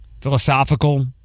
philosophical